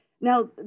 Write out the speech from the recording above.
Now